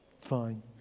Fine